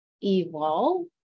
evolve